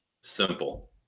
simple